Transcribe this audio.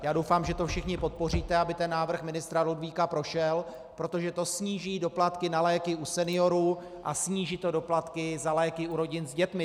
Já doufám, že to všichni podpoříte, aby ten návrh ministra Ludvíka prošel, protože to sníží doplatky na léky u seniorů a sníží to doplatky za léky u rodin s dětmi.